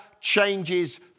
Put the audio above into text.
changes